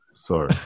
Sorry